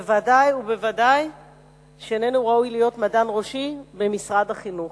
בוודאי ובוודאי הוא איננו ראוי להיות מדען ראשי במשרד החינוך.